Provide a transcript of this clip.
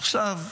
עכשיו,